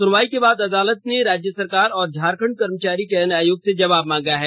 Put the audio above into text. सुनवाई के बाद अदालत ने राज्य सरकार और झारखंड कर्मचारी चयन आयोग से जवाब मांगा है